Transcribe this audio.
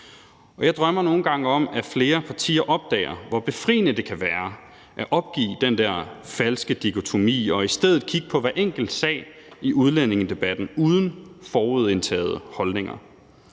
Jeg drømmer nogle gange om, at flere partier opdager, hvor befriende det kan være at opgive den der falske dikotomi og i stedet kigge på hver enkelt sag i udlændingedebatten uden forudindtagede holdninger.